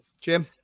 Jim